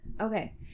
okay